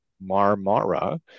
Marmara